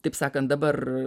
taip sakant dabar